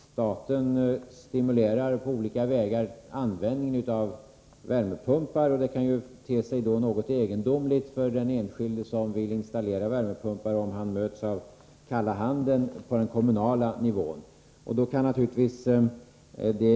Staten stimulerar på olika sätt användningen av värmepumpar, och då kan det ju te sig något egendomligt för den enskilde som vill installera värmepumpar, om han möts med kalla handen på den kommunala nivån.